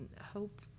hope